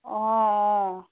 অঁ অঁ